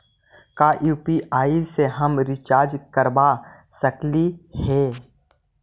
का यु.पी.आई से हम रिचार्ज करवा सकली हे?